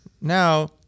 Now